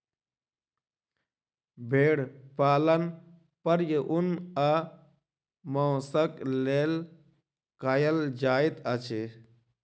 भेड़ पालन प्रायः ऊन आ मौंसक लेल कयल जाइत अछि